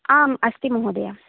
आम् अस्ति महोदय